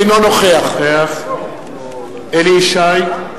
אינו נוכח אליהו ישי,